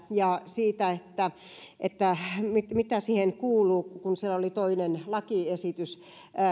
ja siitä mitä siihen kuuluu kun siellä oli toinen lakiesitys